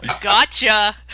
Gotcha